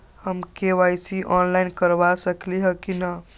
हम KYC online करवा सकली ह कि न?